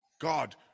God